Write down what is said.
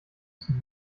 zum